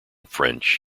french